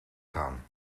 gaan